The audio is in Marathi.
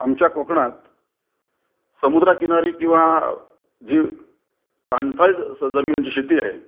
आमच्या कोकणात समुद्रकिनारी किंवा जी पाणथळ स जमीनची शेती आहे